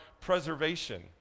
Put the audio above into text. preservation